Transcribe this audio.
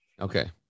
Okay